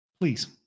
Please